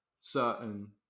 certain